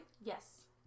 Yes